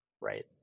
right